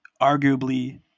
arguably